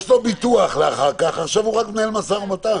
יש לו ביטוח לאחר כך, עכשיו הוא רק מנהל משא ומתן.